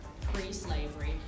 pre-slavery